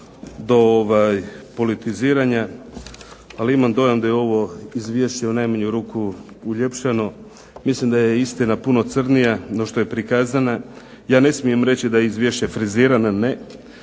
do politiziranja, ali imam dojam da je ovo izvješće u najmanju ruku uljepšano. Mislim da je istina puno crnija no što je prikazana. Ja ne smijem reći da je izvješće frizirano, ali